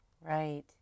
right